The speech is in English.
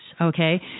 Okay